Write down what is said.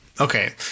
Okay